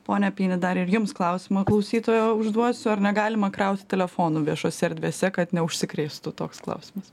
pone apini dar ir jums klausimą klausytojo užduosiu ar negalima krauti telefonų viešose erdvėse kad neužsikrėstų toks klausimas